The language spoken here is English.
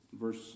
Verse